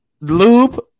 lube